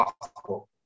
possible